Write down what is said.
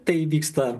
tai įvyksta